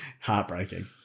Heartbreaking